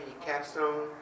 capstone